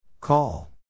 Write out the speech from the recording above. Call